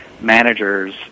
managers